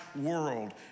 world